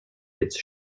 its